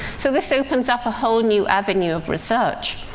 so this opens up a whole new avenue of research.